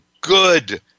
good